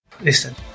Listen